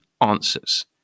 answers